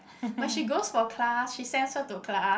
when she's goes for class she sends her to class